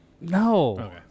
No